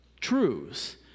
truths